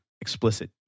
explicit